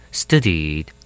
studied